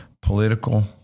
political